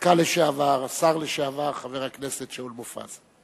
הרמטכ"ל לשעבר, השר לשעבר, חבר הכנסת שאול מופז.